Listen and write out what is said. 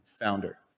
founder